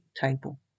table